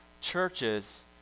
churches